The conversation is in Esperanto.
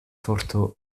forto